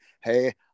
hey